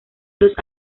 dos